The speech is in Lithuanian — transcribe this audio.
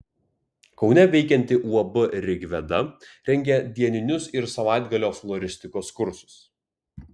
kaune veikianti uab rigveda rengia dieninius ir savaitgalio floristikos kursus